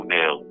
now